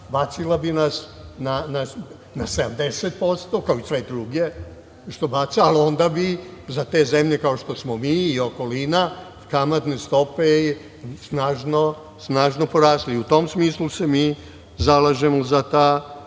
bacila bi nas na 70%, kao i sve druge što baca, ali onda bi za te zemlje kao što smo mi i okolina, kamatne stope snažno porasle. U tom smislu se mi zalažemo za ta